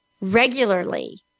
regularly